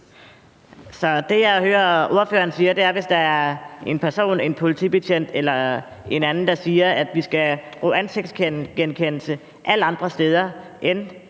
Er det, jeg hører ordføreren sige, at hvis der er en person, en politibetjent eller en anden, der siger, at vi skal bruge ansigtsgenkendelse alle andre steder end